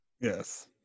yes